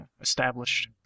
Established